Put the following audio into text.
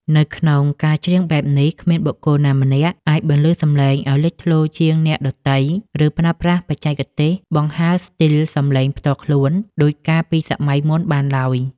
នៅក្នុងការច្រៀងបែបនេះ គ្មានបុគ្គលណាម្នាក់អាចបន្លឺសំឡេងឱ្យលេចធ្លោជាងអ្នកដទៃ ឬប្រើប្រាស់បច្ចេកទេសបង្ហើរស្ទីលសម្លេងផ្ទាល់ខ្លួន ដូចកាលពីសម័យមុនបានឡើយ។